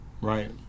Right